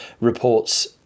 reports